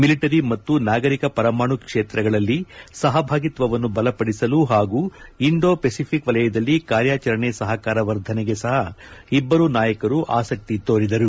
military ಮತ್ತು ನಾಗರಿಕ ಪರಮಾಣು ಕ್ಷೇತ್ರಗಳಲ್ಲಿ ಸಹಭಾಗಿತ್ಲವನ್ನು ಬಲಪಡಿಸಲು ಹಾಗೂ ಇಂಡೋ ಫೆಸಿಫಿಕ್ ವಲಯದಲ್ಲಿ ಕಾರ್ಯಚರಣೆ ಸಹಕಾರ ವರ್ಧನೆಗೆ ಸಹ ಇಬ್ಲರೂ ನಾಯಕರು ಆಸಕ್ತಿ ತೋರಿದರು